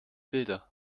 bilder